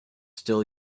still